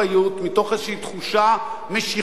מתוך איזושהי תחושה משיחית,